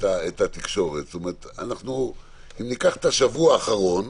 אם ניקח את השבוע האחרון,